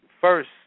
first